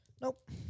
Nope